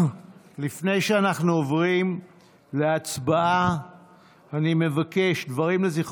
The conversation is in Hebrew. לפני שאנחנו עוברים להצבעה אני מבקש לומר